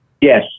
Yes